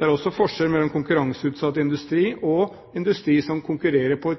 Det er også forskjell mellom konkurranseutsatt industri og industri som opererer på